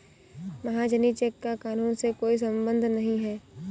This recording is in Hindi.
महाजनी चेक का कानून से कोई संबंध नहीं है